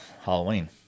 Halloween